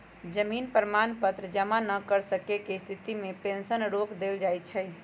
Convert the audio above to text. जीवन प्रमाण पत्र जमा न कर सक्केँ के स्थिति में पेंशन रोक देल जाइ छइ